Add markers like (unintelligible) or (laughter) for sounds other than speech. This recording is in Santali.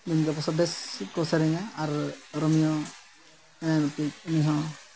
(unintelligible) ᱜᱮᱠᱚ ᱥᱮᱨᱮᱧᱟ ᱟᱨ ᱨᱳᱢᱤᱭᱚ (unintelligible) ᱩᱱᱤ ᱦᱚᱸ